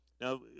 Now